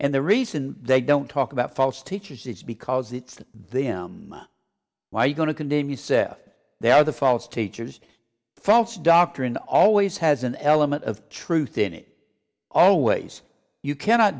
and the reason they don't talk about false teachers is because it's them why are you going to continue seth they are the false teachers false doctrine always has an element of truth in it always you cannot